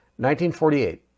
1948